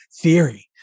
Theory